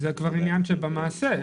זה כבר עניין של מעשה: